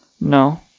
No